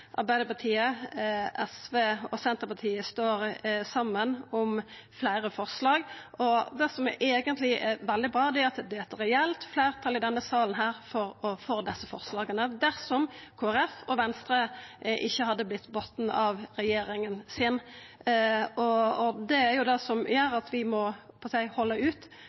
Arbeidarpartiet, SV og Senterpartiet står saman om fleire forslag, og det som er veldig bra, er at det er eit reelt fleirtal i denne salen for desse forslaga – dersom Kristeleg Folkeparti og Venstre ikkje hadde vore bundne av regjeringa. Det er det som gjer at vi må halda ut, for dette må det verta ei ordning på